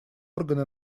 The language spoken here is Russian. органы